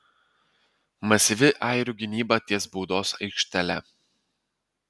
masyvi airių gynyba ties baudos aikštele